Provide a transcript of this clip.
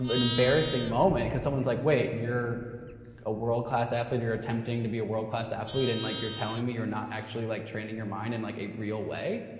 um an embarrassing moment cause someone's like wait, you're a world class athlete, or you're attempting to be a world class athlete and like you're telling me you're not actually like training your mind in and like a real way?